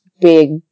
big